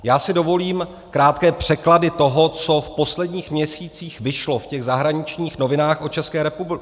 Já si dovolím krátké překlady toho, co v posledních měsících vyšlo v těch zahraničních novinách o České republice.